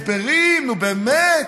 אלא אם הוא חלש,